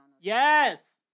Yes